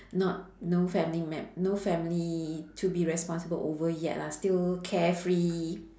not no family mem~ no family to be responsible over yet lah still carefree